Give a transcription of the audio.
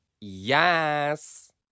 Yes